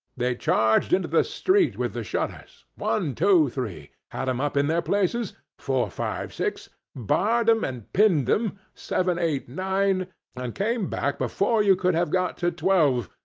they charged into the street with the shutters one, two, three had em up in their places four, five, six barred em and pinned em seven, eight, nine and came back before you could have got to twelve,